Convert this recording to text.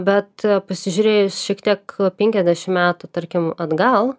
bet pasižiūrėjus šiek tiek penkiasdešimt metų tarkim atgal